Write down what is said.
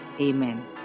Amen